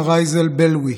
תודה רבה, אדוני היושב-ראש.